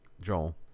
Joel